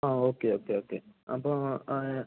ആ okay okay okay അപ്പോൾ